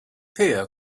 pier